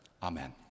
Amen